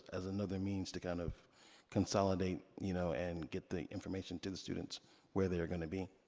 as another means to kind of consolidate, you know, and get the information to the students where they're gonna be?